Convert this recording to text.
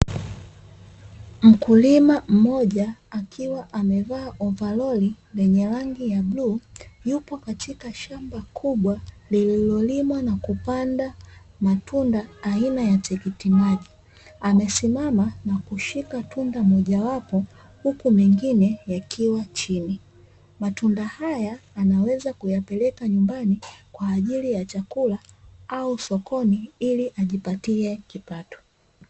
Mkulima mmoja akiwa amevaa ovalori lenye rangi la bluu, yupo katika shamba kubwa lililolimwa na kupandwa matunda aina ya tikiti maji, amesimama na kushika tunda moja wapo huku mengine yakiwa chini. Matunda haya anaweza kuyapeleka nyumbani kwa ajili ya chakula au sokoni ili ajipatie kipato.